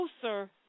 closer